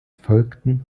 folgten